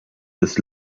des